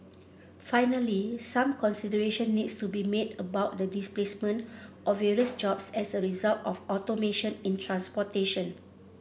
finally some consideration needs to be made about the displacement of various jobs as a result of automation in transportation